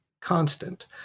constant